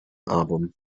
album